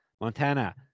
Montana